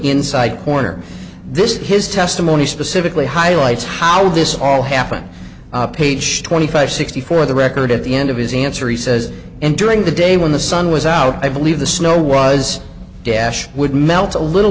inside corner this his testimony specifically highlights how this all happened page twenty five sixty four the record at the end of his answer he says and during the day when the sun was out i believe the snow was dash would melt a little